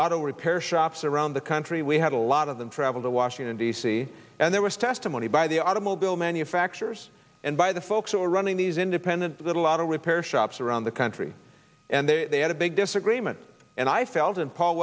auto repair shops around the country we had a lot of them travel to washington d c and there was testimony by the automobile manufacturers and by the folks all running these independent little auto repair shops around the country and they had a big disagreement and i felt and paul